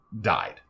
died